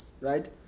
right